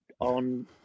on